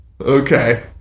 Okay